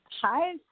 Hi